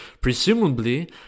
Presumably